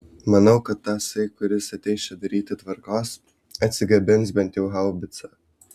manau kad tasai kuris ateis čia daryti tvarkos atsigabens bent jau haubicą